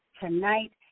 Tonight